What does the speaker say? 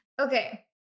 okay